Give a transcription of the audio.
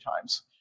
times